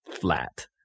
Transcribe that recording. flat